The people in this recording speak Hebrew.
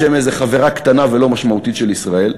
שהם איזה חברה קטנה ולא משמעותית של ישראל,